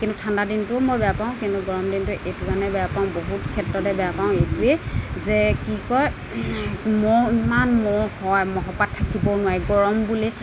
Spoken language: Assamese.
কিন্তু ঠাণ্ডা দিনটোও মই বেয়া পাওঁ কিন্তু গৰম দিনটো এইটো কাৰণেই বেয়া পাওঁ বহুত ক্ষেত্ৰতে বেয়া পাওঁ এইটোৱেই যে কি কয় মহ ইমান মহ হয় মহৰ পৰা থাকিব নোৱাৰি গৰম বুলি